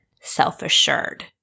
self-assured